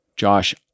Josh